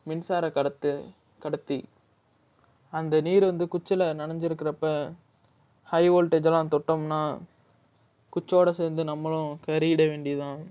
மின்சார கடத்து கடத்தி அந்த நீர் வந்து குச்சியில் நனஞ்சிருக்குறப்போ ஹை வோல்ட்டேஜெல்லாம் தொட்டோம்னா குச்சோட சேர்ந்து நம்மளும் கருகிட வேண்டியதான்